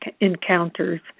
encounters